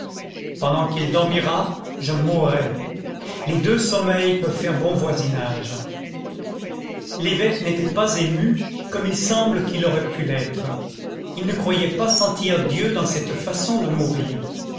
pendant qu'il dormira je mourrai les deux sommeils peuvent faire bon voisinage l'évêque n'était pas ému comme il semble qu'il aurait pu l'être il ne croyait pas sentir dieu dans cette façon de mourir